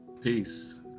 peace